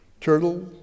Turtle